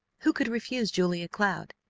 who could refuse julia cloud?